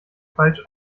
falsch